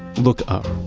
look up.